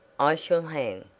i shall hang.